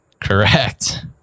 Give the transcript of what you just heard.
Correct